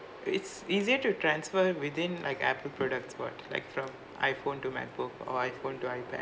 it's easier to transfer within like apple products what like from iphone to macbook or iphone to ipad